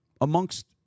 amongst